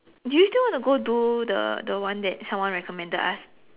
do you still wanna go do the the one that someone recommended us